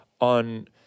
on